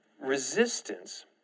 resistance